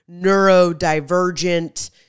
neurodivergent